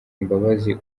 imbabazi